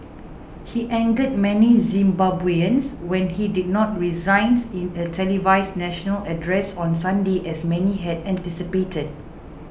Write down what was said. he angered many Zimbabweans when he did not resign in a televised national address on Sunday as many had anticipated